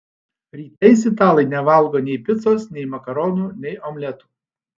rytais italai nevalgo nei picos nei makaronų nei omletų